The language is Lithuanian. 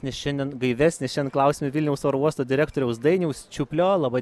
nes šiandien gaivesnis šian klausime vilniaus oro uosto direktoriaus dainiaus čiuplio laba